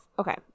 Okay